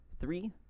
three